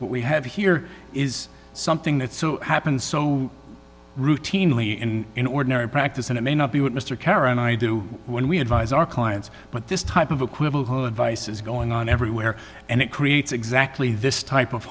we have here is something that so happens so routinely in an ordinary practice and it may not be what mr care and i do when we advise our clients but this type of equivocal advice is going on everywhere and it creates exactly this type of